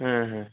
হ্যাঁ হ্যাঁ